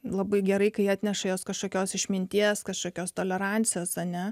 labai gerai kai atneša jos kažkokios išminties kažkokios tolerancijos ane